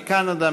מקנדה,